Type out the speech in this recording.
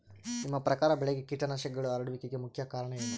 ನಿಮ್ಮ ಪ್ರಕಾರ ಬೆಳೆಗೆ ಕೇಟನಾಶಕಗಳು ಹರಡುವಿಕೆಗೆ ಮುಖ್ಯ ಕಾರಣ ಏನು?